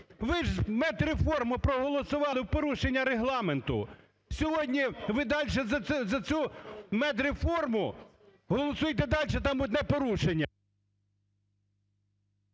Ви ж медреформу проголосували в порушення Регламенту, сьогодні ви далі за цю медреформу голосуєте далі і там одне порушення.